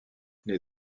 les